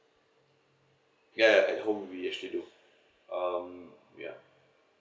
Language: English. ya ya at home we actually do um ya